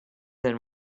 than